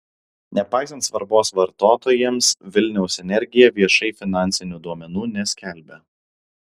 nepaisant svarbos vartotojams vilniaus energija viešai finansinių duomenų neskelbia